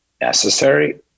necessary